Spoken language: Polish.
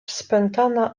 spętana